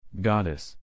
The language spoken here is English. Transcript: Goddess